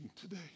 today